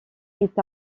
est